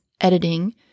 editing